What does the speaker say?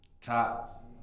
top